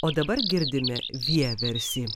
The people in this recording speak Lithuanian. o dabar girdime vieversį